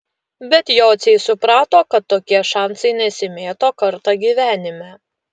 bet jociai suprato kad tokie šansai nesimėto kartą gyvenime